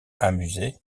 amusé